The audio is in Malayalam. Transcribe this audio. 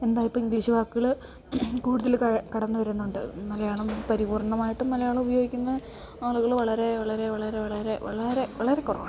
എന്താ ഇപ്പം ഇങ്ക്ലീഷ് വാക്കുകൾ കൂടുതൽ കടന്ന് വരുന്നുണ്ട് മലയാളം പരിപൂർണ്ണമായിട്ടും മലയാളം ഉപയോഗിക്കുന്ന ആളുകൾ വളരെ വളരെ വളരെ വളരെ വളരെ വളരെ കുറവാണ്